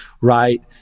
right